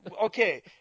Okay